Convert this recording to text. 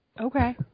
Okay